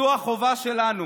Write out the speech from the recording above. זאת החובה שלנו